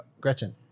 Gretchen